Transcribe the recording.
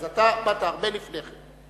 אתה באת הרבה לפני כן.